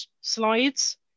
slides